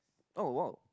oh !wow!